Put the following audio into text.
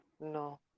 no